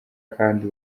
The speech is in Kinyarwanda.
kandi